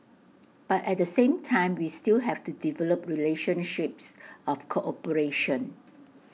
but at the same time we still have to develop relationships of cooperation